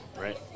right